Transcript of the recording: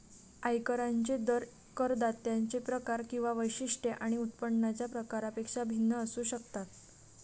आयकरांचे दर करदात्यांचे प्रकार किंवा वैशिष्ट्ये आणि उत्पन्नाच्या प्रकारापेक्षा भिन्न असू शकतात